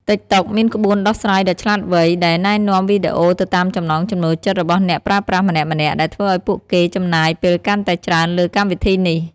តិកតុកមានក្បួនដោះស្រាយដ៏ឆ្លាតវៃដែលណែនាំវីដេអូទៅតាមចំណង់ចំណូលចិត្តរបស់អ្នកប្រើប្រាស់ម្នាក់ៗ ដែលធ្វើឱ្យពួកគេចំណាយពេលកាន់តែច្រើនលើកម្មវិធីនេះ។